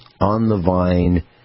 on-the-vine